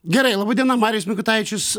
gerai laba diena marijus mikutavičius